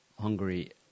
Hungary